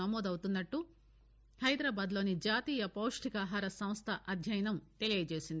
నమోదవుతున్నట్లు హైదరాబాద్లోని జాతీయ పౌష్ణికాహార సంస్థ అధ్యయనం తెలియజేసింది